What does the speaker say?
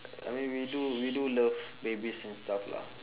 I mean we do we do love babies and stuff lah